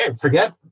forget